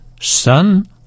son